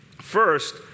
First